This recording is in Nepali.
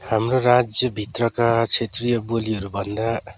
हाम्रो राज्यभित्रका क्षेत्रीय बोलीहरूभन्दा